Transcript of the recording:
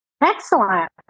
Excellent